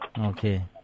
Okay